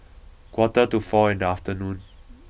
quarter to four in the afternoon